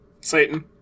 Satan